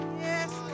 Yes